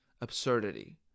absurdity